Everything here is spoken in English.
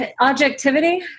objectivity